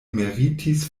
meritis